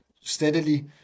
steadily